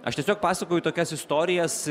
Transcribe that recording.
aš tiesiog pasakoju tokias istorijas